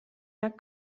nad